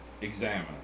examine